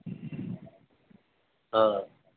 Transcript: ہاں